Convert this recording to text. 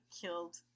killed